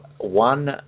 one